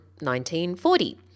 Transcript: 1940